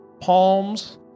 palms